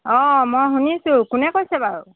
অঁ মই শুনিছোঁ কোনে কৈছে বাৰু